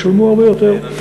ישלמו הרבה יותר.